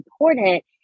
important